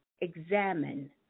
examine